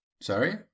Sorry